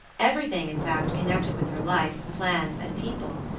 everything in fact connected with her life, plans, and people,